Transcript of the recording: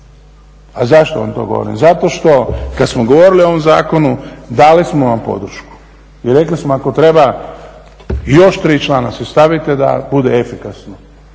A zašto vam to govorim? Zato što kad smo govorili o ovom zakonu dali smo vam podršku i rekli smo ako treba i još tri člana si stavite da bude efikasno.